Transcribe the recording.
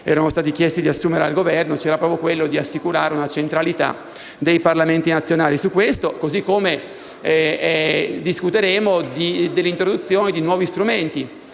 erano state rivolte al Governo, c'era proprio quello di assicurare una centralità dei Parlamenti nazionali su questo. Discuteremo anche dell'introduzione di nuovi strumenti